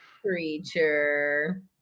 Creature